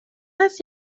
است